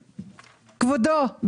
כבודו,